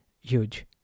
Huge